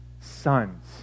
Sons